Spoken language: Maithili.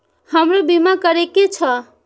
हमरो बीमा करीके छः?